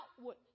outward